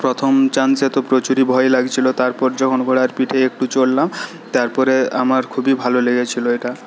প্রথম চান্সে তো প্রচুরই ভয় লাগছিল তারপর যখন ঘোড়ার পিঠে একটু চড়লাম তারপরে আমার খুবই ভালো লেগেছিল এটা